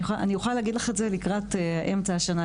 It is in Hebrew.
אני אוכל להגיד לך את זה לקראת אמצע השנה,